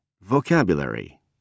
Vocabulary